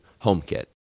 HomeKit